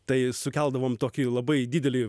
tai sukeldavom tokį labai didelį